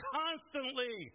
constantly